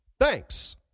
Thanks